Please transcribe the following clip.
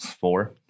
Four